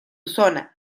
zona